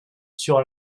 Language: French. sur